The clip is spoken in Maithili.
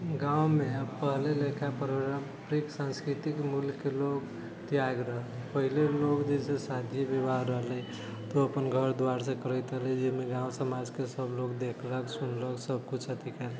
गाँवमे पहले लेखे पारम्परिक सन्स्कृति मूल्यके लोक त्याग रहलै पहले लोक जे छै शादी विवाह रहलै तऽ ओ अपन घर दुआरसँ करैत रहलै जाहिमे गाँव समाजके सभ लोक देखलक सुनलक सभ किछु अथि